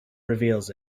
reveals